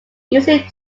usually